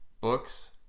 books